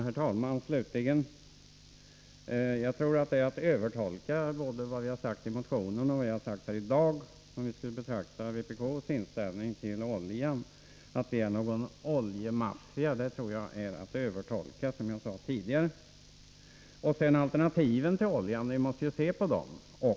Herr talman! Jag tror att det är att övertolka vad vi har sagt i motionen och här i dag när det gäller vpk:s inställning till oljan, om man påstår att vi är någon sorts oljemaffia. Man måste också se till alternativ till oljan.